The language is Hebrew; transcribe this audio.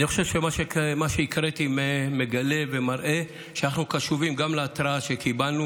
אני חושב שמה שהקראתי מגלה ומראה שאנחנו קשובים גם להתראה שקיבלנו